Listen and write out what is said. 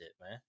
man